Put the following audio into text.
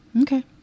okay